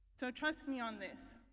so trust me on this,